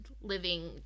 living